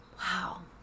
Wow